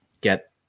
get